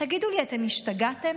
תגידו לי, אתם השתגעתם?